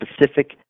specific